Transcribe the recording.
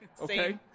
okay